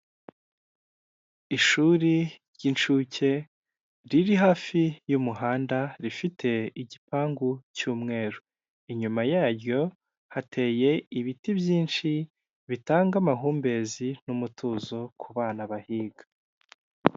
Ishuri ry'inshuke riri hafi y'umuhanda rifite igipangu cy'umweru, inyuma yaryo hateye ibiti byinshi bitanga amahumbezi n'umutuzo ku bana bahiga.